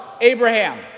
Abraham